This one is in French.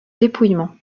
dépouillement